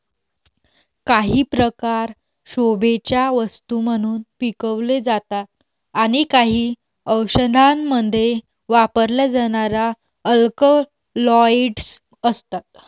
काही प्रकार शोभेच्या वस्तू म्हणून पिकवले जातात आणि काही औषधांमध्ये वापरल्या जाणाऱ्या अल्कलॉइड्स असतात